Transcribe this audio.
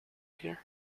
here